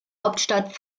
hauptstadt